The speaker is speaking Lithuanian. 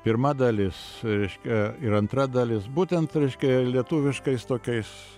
pirma dalis reiškia ir antra dalis būtent reiškia lietuviškais tokiais